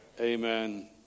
Amen